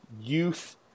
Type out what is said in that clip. youth